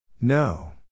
No